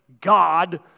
God